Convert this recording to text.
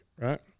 right